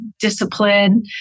discipline